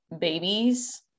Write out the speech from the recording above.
babies